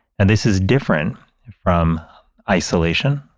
and this is different from isolation,